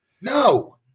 No